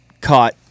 caught